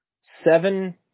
Seven